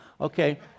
Okay